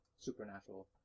Supernatural